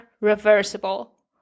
reversible